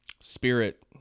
spirit